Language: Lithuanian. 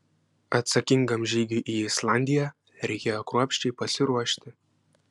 atsakingam žygiui į islandiją reikėjo kruopščiai pasiruošti